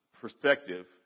perspective